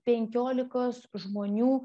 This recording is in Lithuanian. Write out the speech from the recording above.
penkiolikos žmonių